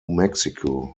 mexico